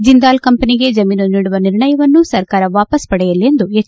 ಜಿಂದಾಲ್ ಕಂಪನಿಗೆ ಜಮೀನು ನೀಡುವ ನಿರ್ಣಯವನ್ನು ಸರ್ಕಾರ ವಾಪಾಸ್ ಪಡೆಯಲಿ ಎಂದು ಎಚ್